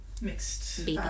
mixed